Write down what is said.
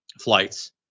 flights